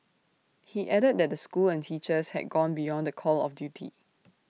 he added that the school and teachers had gone beyond the call of duty